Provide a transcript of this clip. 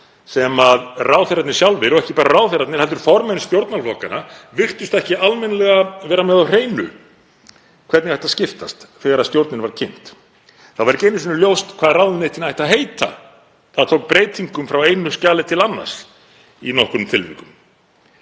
sem ráðherrarnir sjálfir og ekki bara ráðherrarnir heldur formenn stjórnarflokkanna virtust ekki almennilega vera með á hreinu hvernig ættu að skiptast þegar stjórnin var kynnt. Það var ekki einu sinni ljóst hvað ráðuneytin ættu að heita. Það tók breytingum frá einu skjali til annars í nokkrum tilvikum.